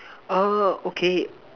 uh okay